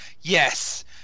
yes